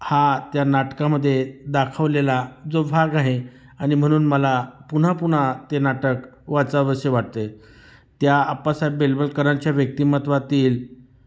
हा त्या नाटकामध्ये दाखवलेला जो भाग आहे आणि म्हणून मला पुन्हा पुन्हा ते नाटक वाचावेसे वाटते त्या अप्पासाहेब बेलवलकरांच्या व्यक्तिमत्वातील